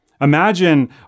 Imagine